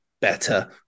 Better